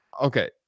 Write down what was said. Okay